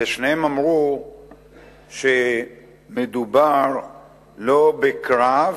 ושניהם אמרו שמדובר לא בקרב